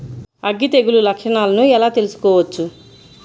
అగ్గి తెగులు లక్షణాలను ఎలా తెలుసుకోవచ్చు?